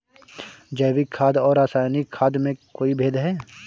जैविक खाद और रासायनिक खाद में कोई भेद है?